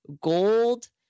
gold